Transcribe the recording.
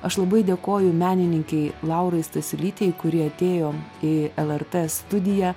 aš labai dėkoju menininkei laurai stasiulytei kuri atėjo į lrt studiją